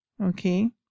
Okay